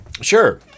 Sure